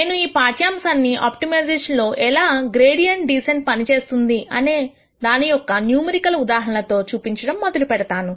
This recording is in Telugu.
నేను ఈ పాఠ్యాంశాన్ని ఆప్టిమైజేషన్ లో ఎలా గ్రేడియంట్ డీసెంట్ పనిచేస్తుంది అనే దాని యొక్క న్యూమరికల్ ఉదాహరణలతో చూపించడంతో మొదలు పెడతాను